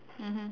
mmhmm